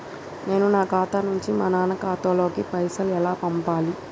నేను నా ఖాతా నుంచి మా నాన్న ఖాతా లోకి పైసలు ఎలా పంపాలి?